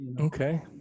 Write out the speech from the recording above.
Okay